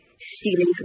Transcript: stealing